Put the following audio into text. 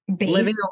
living